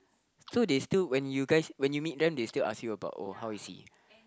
so they still when you guys when you meet them they still ask you about oh how is he